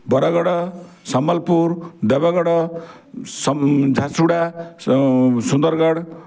Bargarh Sambalpur Deogarh Jharsuguda Sundargarh